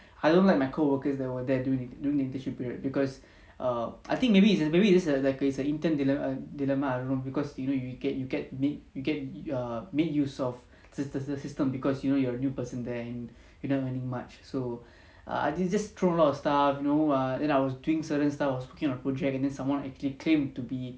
I don't like my coworkers that were there during during the internship period because err I think maybe it's maybe it's like a it's a intern dilemma I don't know because you know you get you get made you get err made use of it's the system because you know you are new person there and you don't have anything much so err I they just throw a lot of stuff you know err and I was doing certain stuff I was working on a project and then someone actually claim to be